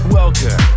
welcome